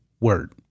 word